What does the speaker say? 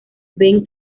ben